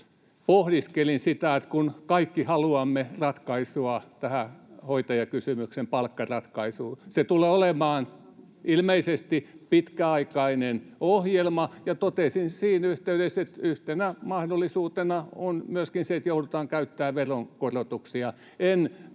pohdiskelin sitä, että kun kaikki haluamme ratkaisua tähän hoitajakysymykseen, palkkaratkaisua, se tulee olemaan ilmeisesti pitkäaikainen ohjelma. Ja totesin siinä yhteydessä, että yhtenä mahdollisuutena on myöskin se, että joudutaan käyttämään veronkorotuksia.